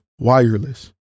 Wireless